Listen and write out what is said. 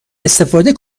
استفاده